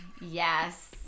Yes